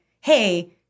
hey